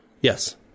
Yes